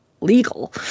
legal